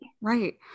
Right